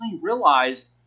realized